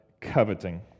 coveting